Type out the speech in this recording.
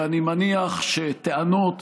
אני מניח שטענות